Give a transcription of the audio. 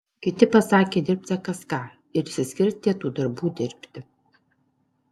kiti pasakė dirbsią kas ką ir išsiskirstė tų darbų dirbti